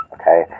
okay